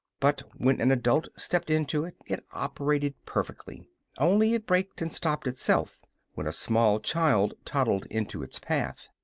but when an adult stepped into it, it operated perfectly only it braked and stopped itself when a small child toddled into its path.